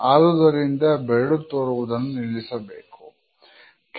ಆದುದರಿಂದ ಬೆರಳು ತೋರುವುದನ್ನು ನಿಲ್ಲಿಸಬೇಕು